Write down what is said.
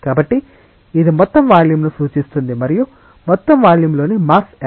కాబట్టి ఇది మొత్తం వాల్యూమ్ను సూచిస్తుంది మరియు మొత్తం వాల్యూమ్లోని మాస్ ఎంత